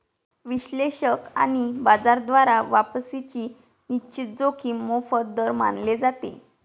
विश्लेषक आणि बाजार द्वारा वापसीची निश्चित जोखीम मोफत दर मानले जाते